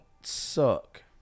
suck